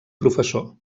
professor